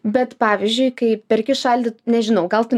bet pavyzdžiui kai perki šaldyt nežinau gal tu